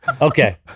Okay